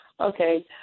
Okay